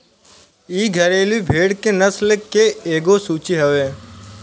इ घरेलु भेड़ के नस्ल के एगो सूची हवे